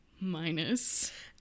minus